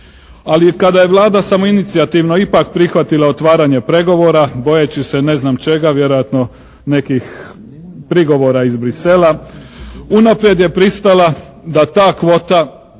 Ali kada je Vlada samoinicijativno ipak prihvatila otvaranje pregovora bojeći se ne znam čega, vjerojatno nekih prigovora iz Bruxellesa unaprijed je pristala da ta kvota